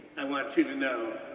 i want you to know,